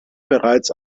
bereits